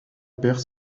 perd